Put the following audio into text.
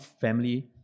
family